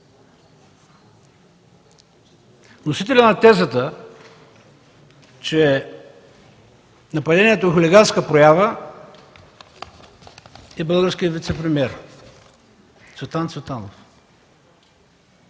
Вносителят на тезата, че нападението е хулиганска проява, е българският вицепремиер Цветан Цветанов.